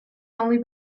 only